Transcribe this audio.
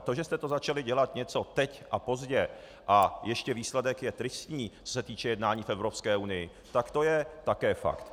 To, že jste začali dělat něco teď a pozdě, a ještě výsledek je tristní, co se týče jednání v Evropské unii, tak to je také fakt.